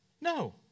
No